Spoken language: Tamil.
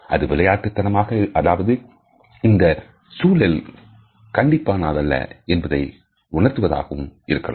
அது விளையாட்டு தனமாக அதாவது இந்தசூழல் கண்டிப்பானதல்ல என்பதை உணர்த்துவதாகும் இருக்கலாம்